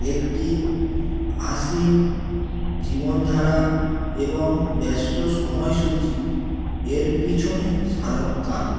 একটি আসীন জীবনধারা এবং ব্যস্ত সময়সূচি এর পিছনে সাধারণ কারণ